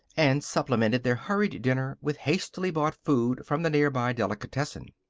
and supplemented their hurried dinner with hastily bought food from the near-by delicatessen.